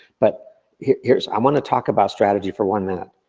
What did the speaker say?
but here's i wanna talk about strategy for one minute.